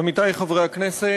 עמיתי חברי הכנסת,